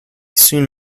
soon